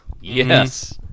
Yes